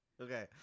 Okay